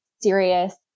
serious